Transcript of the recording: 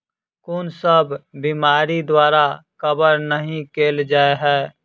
कुन सब बीमारि द्वारा कवर नहि केल जाय है?